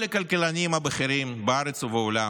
כל הכלכלנים הבכירים בארץ ובעולם,